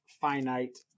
Finite